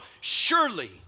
surely